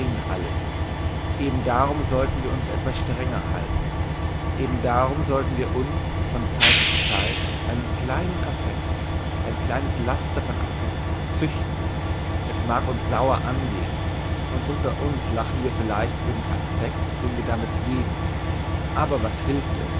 alles eben darum sollten wir uns etwas strenger halten eben darum sollten wir uns von zeit zu zeit einen kleinen affekt ein kleines laster von affect züchten es mag uns sauer angehn und unter uns lachen wir vielleicht über den aspekt den wir damit geben aber was hilft es